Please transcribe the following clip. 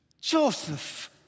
Joseph